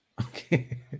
okay